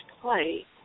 play